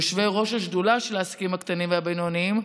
יושבי-ראש השדולה של העסקים הקטנים והבינוניים,